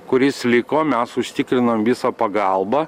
kuris liko mes užsitikrinam visą pagalbą